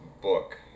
book